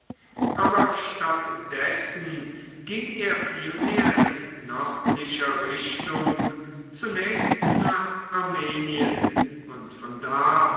aber statt dessen ging er vielmehr in nördlicher richtung zunächst nach armenien und von da